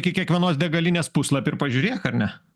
į kiekvienos degalinės puslapį ir pažiūrėk ar ne